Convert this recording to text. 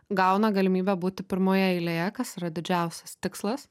gauna galimybę būti pirmoje eilėje kas yra didžiausias tikslas